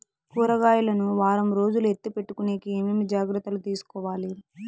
కూరగాయలు ను వారం రోజులు ఎత్తిపెట్టుకునేకి ఏమేమి జాగ్రత్తలు తీసుకొవాలి?